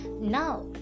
now